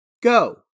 Go